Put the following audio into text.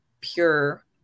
pure